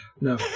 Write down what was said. no